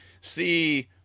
see